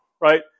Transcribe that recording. right